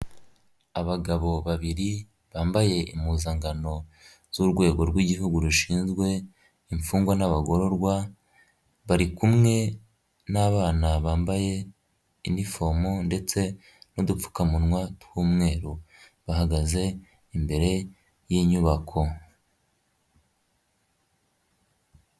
Abagabo babiri bambaye impuzankano z'urwego rw'igihugu rushinzwe imfungwa n'abagororwa bari kumwe n'abana bambaye inifomu ndetse n'udupfukamunwa tw'umweru bahagaze imbere y'inyubako.